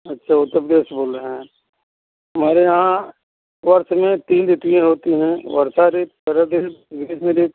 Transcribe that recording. अच्छा वह तो बेस बोल रहे हैं हमारे यहाँ वर्ष में तीन ऋतुएँ होती है वर्षा ऋतु सर्द ऋतु ग्रीष्म ऋतु